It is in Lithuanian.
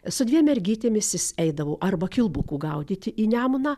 su dviem mergytėmis jis eidavo arba kilbukų gaudyti į nemuną